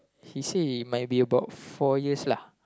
he say he might be about four years lah